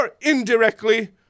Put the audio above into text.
indirectly